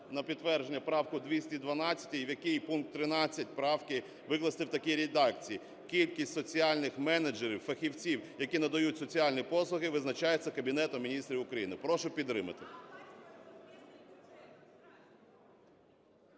на підтвердження правку 212, в якій пункт 13 правки викласти в такій редакції: "Кількість соціальних менеджерів, фахівців, які надають соціальні послуги, визначається Кабінетом Міністрів України". Прошу підтримати.